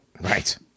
Right